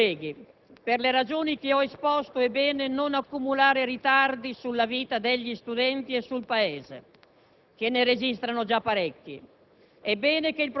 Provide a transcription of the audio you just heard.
Presidente, mi avvio a concludere. Onorevoli colleghi, per le ragioni che ho esposto è bene non accumulare ritardi sulla vita degli studenti e sul Paese,